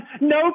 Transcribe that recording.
No